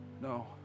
no